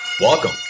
Welcome